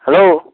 hello